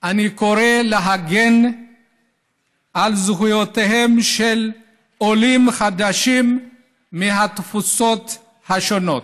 אני קורא להגן על זכויותיהם של עולים חדשים מהתפוצות השונות.